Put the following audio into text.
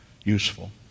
useful